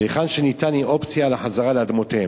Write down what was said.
והיכן שאפשר, תהיה אופציה לחזרה לאדמותיהם.